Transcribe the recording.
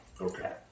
Okay